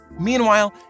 Meanwhile